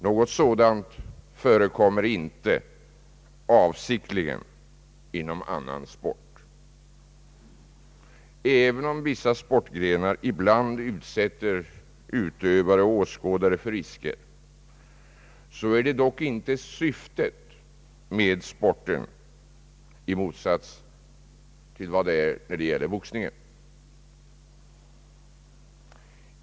Något sådant förekommer inte avsiktligen inom annan sport. även om vissa sportgrenar ibland utsätter utövare och åskådare för risker, så är det dock inte syftet med sporten, i motsats till vad fallet är när det gäller boxningen.